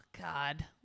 God